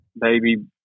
baby